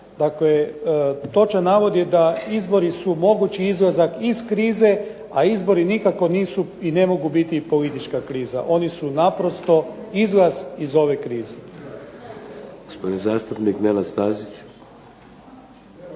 Dakle točan navod je da izbori su mogući izlazak iz krize, a izbori nikako nisu i ne mogu biti politička kriza. Oni su naprosto izlaz iz ove krize.